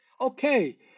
Okay